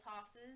tosses